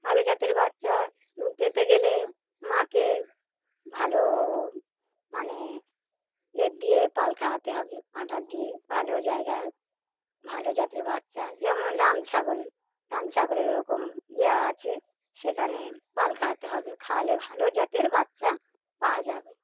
ভালো জাতের বাচ্চা পেতে গেলে মাকে ভালো মানে এর দিয়ে পাল খাওয়াতে হবে আটা দিয়ে ভালো জায়গা ভালো জাতের বাচ্চা যেমন রামছাগল রামছাগলেরও ওরকম ইয়ে আছে সেখানে পাল খাওয়াতে হবে খাওয়ালে ভালো জাতের বাচ্চা পাওয়া যাবে